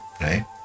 Right